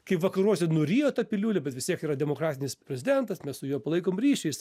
kaip vakaruose nurijo tą piliulę bet vis tiek yra demokratinis prezidentas mes su juo palaikom ryšį jisai